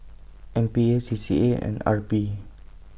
M P A C C A and R P